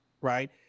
right